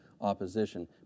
opposition